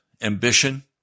ambition